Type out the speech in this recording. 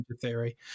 Theory